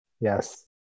Yes